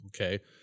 Okay